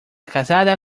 casada